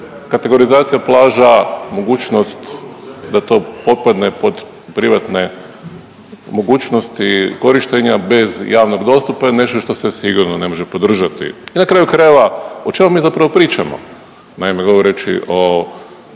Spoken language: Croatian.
Kategorizacija plaža, mogućnost da to potpadne pod privatne mogućnosti korištenja bez javnog dostupa je nešto što se sigurno ne može podržati. I na kraju krajeva o čemu mi zapravo pričamo. Naime, govoreći o